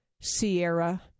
Sierra